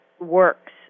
works